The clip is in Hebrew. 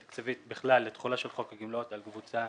תקציבית בכלל לתחולה של חוק הגמלאות על קבוצה